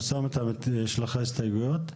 אוסאמה, יש לך הסתייגויות?